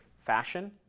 fashion